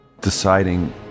deciding